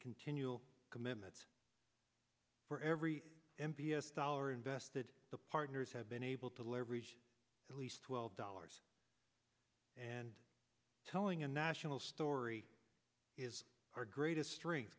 continual commitments for every m p s dollar invested the partners have been able to leverage at least twelve dollars and telling a national story is our greatest streng